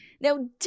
Now